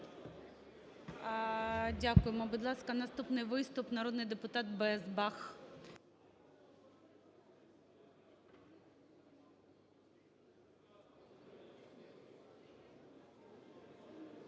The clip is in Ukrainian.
Дякуємо. Будь ласка, наступний виступ народний депутат Безбах.